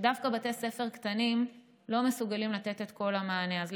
שבהן דווקא בתי ספר קטנים לא מסוגלים לתת את כל המענה.